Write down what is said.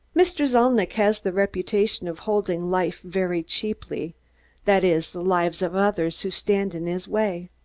mr. zalnitch has the reputation of holding life very cheaply that is, the lives of others who stand in his way.